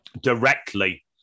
directly